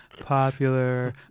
popular